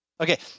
Okay